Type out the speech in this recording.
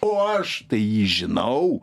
o aš tai jį žinau